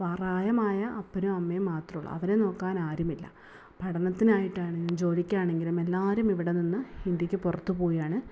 പ്രായമായ അപ്പനും അമ്മയും മാത്രമുള്ളു അവരെ നോക്കാൻ ആരുമില്ല പഠനത്തിനായിട്ടാണെങ്കിലും ജോലിക്കാണെങ്കിലും എല്ലാവരും ഇവിടെ നിന്ന് ഇന്ത്യക്ക് പുറത്ത് പോയാണ്